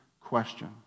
question